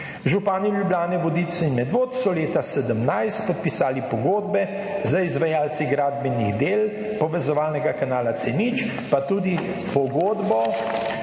Župani Ljubljane, Vodic, Medvod so leta 2017 podpisali pogodbe z izvajalci gradbenih del povezovalnega kanala C0, pa tudi pogodbo